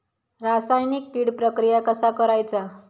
रासायनिक कीड प्रक्रिया कसा करायचा?